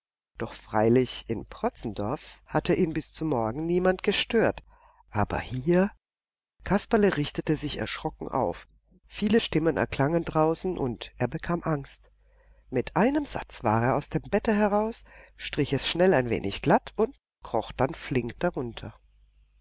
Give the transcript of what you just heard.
doch freilich in protzendorf hatte ihn bis zum morgen niemand gestört aber hier kasperle richtete sich erschrocken auf viele stimmen erklangen draußen und er bekam angst mit einem satz war er aus dem bette heraus strich es schnell ein wenig glatt und kroch dann flink darunter